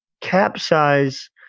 Capsize